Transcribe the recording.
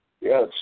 Yes